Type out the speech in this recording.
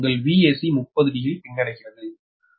அதாவது உங்கள் Vac 30 degree பின்னடைகிறது